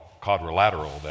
quadrilateral